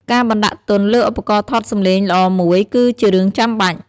ការបណ្តាក់ទុនលើឧបករណ៍ថតសំឡេងល្អមួយ គឺជារឿងចាំបាច់។